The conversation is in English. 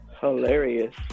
Hilarious